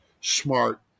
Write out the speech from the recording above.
smart